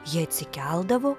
ji atsikeldavo